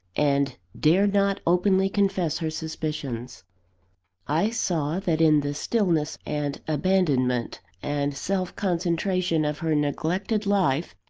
and dared not openly confess her suspicions i saw, that in the stillness, and abandonment, and self-concentration of her neglected life,